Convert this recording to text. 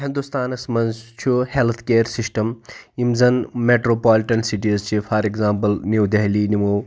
ہِندوستانَس مَنٛز چھُ ہیٚلتھ کیر سِسٹَم یِم زَن میٚٹڑوپالٹن سِٹیٖز چھِ فار ایٚگزامپل نِو دہلی نِمو